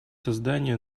создания